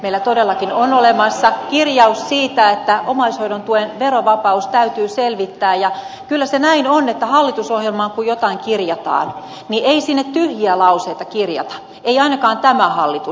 meillä todellakin on olemassa kirjaus siitä että omaishoidon tuen verovapaus täytyy selvittää ja kyllä se näin on että hallitusohjelmaan kun jotain kirjataan niin ei sinne tyhjiä lauseita kirjata ei ainakaan tämä hallitus